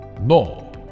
No